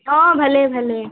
অঁ ভালেই ভালেই